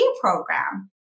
program